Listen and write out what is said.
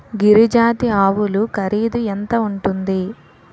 గిరి జాతి ఆవులు ఖరీదు ఎంత ఉంటుంది?